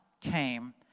came